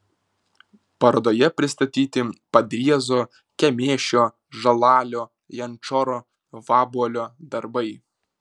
parodoje pristatyti padriezo kemėšio žalalio jančoro vabuolo darbai